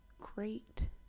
great